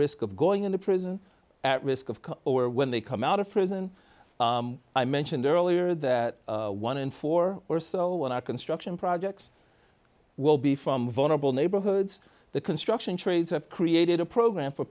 risk of going into prison at risk of come over when they come out of prison i mentioned earlier that one in four or so when our construction projects will be from vulnerable neighborhoods the construction trades have created a program for